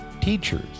Teachers